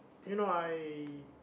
you know I